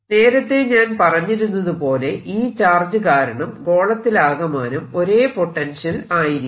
നേരത്തെ ഞാൻ പറഞ്ഞിരുന്നതുപോലെ ഈ ചാർജ് കാരണം ഗോളത്തിലാകമാനം ഒരേ പൊട്ടൻഷ്യൽ ആയിരിക്കും